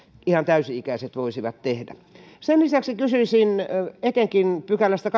ihan täysi ikäiset voisivat tehdä sen lisäksi kysyisin etenkin kahdennestakymmenennestätoisesta pykälästä